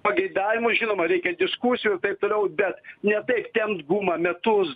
pageidavimus žinoma reikia diskusijų ir taip toliau be ne taip tempt gumą metus